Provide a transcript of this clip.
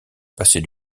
passer